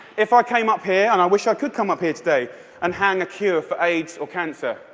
if i came up here, and i wish i could come up here today and hang a cure for aids or cancer,